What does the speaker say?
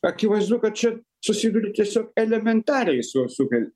akivaizdu kad čia susiduri tiesiog elementariai su su kai